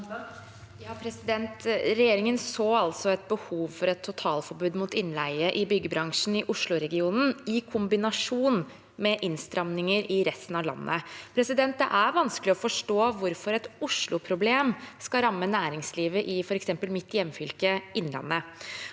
(H) Regjeringen så altså et behov for et totalforbud mot innleie i byggebransjen i Oslo-regionen i kombinasjon med innstramminger i resten av landet. Det er vanskelig å forstå hvorfor et Oslo-problem skal ramme næringslivet i f.eks. mitt hjemfylke, Innlandet.